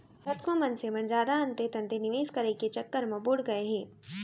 कतको मनसे मन जादा अंते तंते निवेस करई के चक्कर म बुड़ गए हे